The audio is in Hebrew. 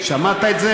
שמעת?